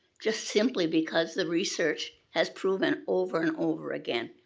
just simply because the research has proven, over and over again,